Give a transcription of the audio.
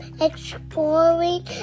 exploring